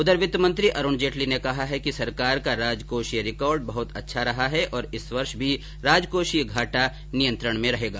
इधर वित्तमंत्री अरुण जेटली ने कहा है कि सरकार का राजकोषीय रिकॉर्ड बहुत अच्छा रहा है और इस वर्ष भी राजकोषीय घाटा नियंत्रण में रहेगा